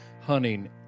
hunting